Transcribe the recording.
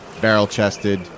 barrel-chested